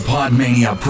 Podmania